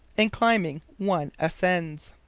in climbing one ascends.